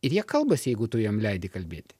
ir jie kalbasi jeigu tu jiem leidi kalbėti